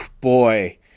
boy